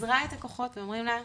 אזרה את הכוחות ואומרים לה,